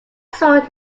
sword